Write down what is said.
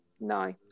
No